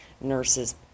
nurses